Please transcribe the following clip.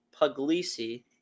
Puglisi